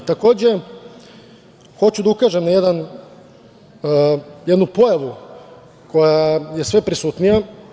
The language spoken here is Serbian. Hoću takođe da ukažem na jednu pojavu koja je sve prisutnija.